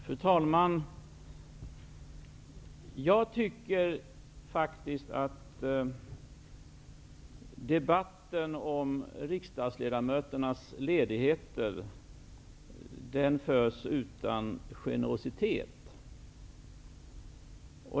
Fru talman! Jag tycker faktiskt att debatten om riksdagsledamöternas ledigheter förs utan generositet.